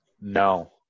no